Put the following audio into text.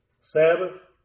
Sabbath